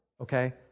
Okay